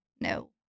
no